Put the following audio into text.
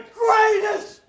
greatest